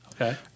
Okay